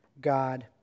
God